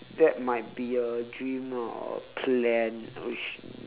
that might be a dream ah or plan which